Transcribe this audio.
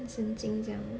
神经这样